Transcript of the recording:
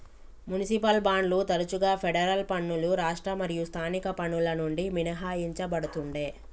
municipal బాండ్లు తరచుగా federal పన్నులు రాష్ట్ర మరియు స్థానిక పన్నుల నుండి మినహాయించబడతుండే